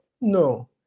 No